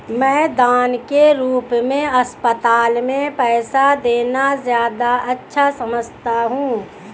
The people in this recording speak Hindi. मैं दान के रूप में अस्पताल में पैसे देना ज्यादा अच्छा समझता हूँ